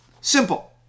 simple